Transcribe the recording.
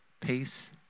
peace